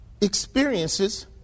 experiences